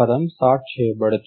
పదం సార్ట్ చేయబడుతుంది